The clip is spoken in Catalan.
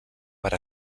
per